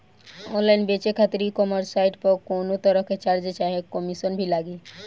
Online बेचे खातिर e commerce site पर कौनोतरह के चार्ज चाहे कमीशन भी लागी?